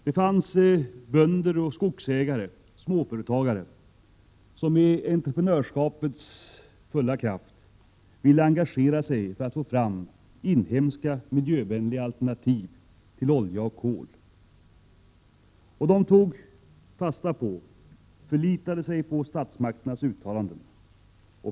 Det fanns bönder och skogsägare, uppfinnare och småföretagare, som med entreprenörens fulla kraft ville engagera sig för att få fram inhemska, miljövänliga alternativ till olja och kol. De tog fasta på och förlitade sig på statsmakternas uttalanden.